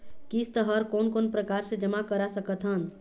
किस्त हर कोन कोन प्रकार से जमा करा सकत हन?